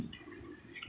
I get this job or not